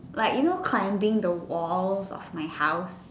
like you know climbing the walls of my house